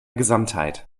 gesamtheit